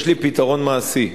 יש לי פתרון מעשי.